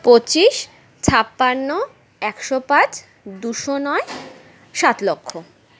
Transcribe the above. পঁচিশ ছাপ্পান্ন একশো পাঁচ দুশো নয় সাত লক্ষ